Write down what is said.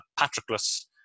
Patroclus